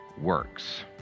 works